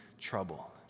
trouble